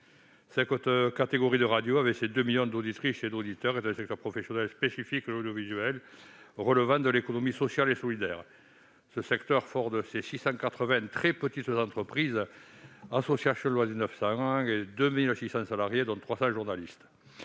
Cette catégorie de radios, avec ses deux millions d'auditrices et d'auditeurs, constitue un secteur professionnel spécifique de l'audiovisuel relevant de l'économie sociale et solidaire. Ce secteur est fort de 680 très petites entreprises, associations loi 1901, et de 2 600 salariés, dont 300 journalistes.